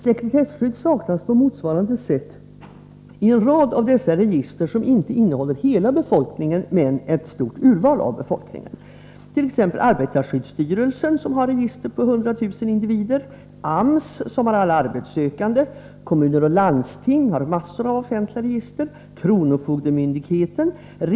Sekretesskydd saknas på motsvarande sätt i en rad av register som inte innehåller hela befolkningen men ett stort urval av denna. Så har t.ex. arbetarskyddsstyrelsen register över 100 000 individer. AMS har register över alla arbetssökande, kommuner och landsting har massor av offentliga register, och även kronofogdemyndigheten för register.